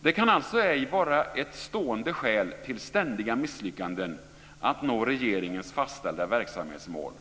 Det kan alltså ej vara ett stående skäl till ständiga misslyckanden att nå regeringens fastställda verksamhetsmål.